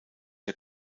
der